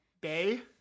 Bay